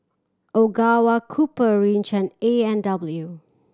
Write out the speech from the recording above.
Ogawa Copper Ridge and A and W